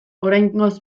oraingoz